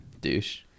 douche